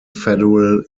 federal